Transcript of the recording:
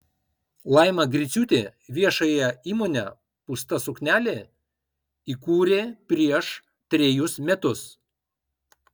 laima griciūtė viešąją įmonę pūsta suknelė įkūrė prieš trejus metus